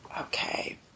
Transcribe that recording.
okay